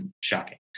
shocking